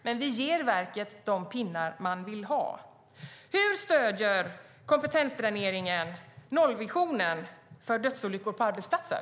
Men det ger verket de pinnar man vill ha. Hur stöder kompetensdräneringen nollvisionen för dödsolyckor på arbetsplatser?